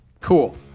cool